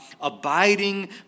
abiding